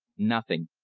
nothing.